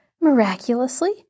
miraculously